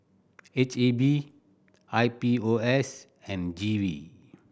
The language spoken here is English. H E B I P O S and G V